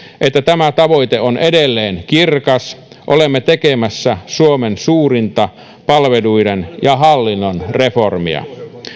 että tämä tavoite on edelleen kirkas olemme tekemässä suomen suurinta palveluiden ja hallinnon reformia